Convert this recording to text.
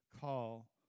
call